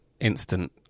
instant